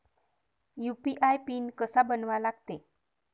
UPI PIN कसा बनवा लागते?